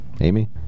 Amy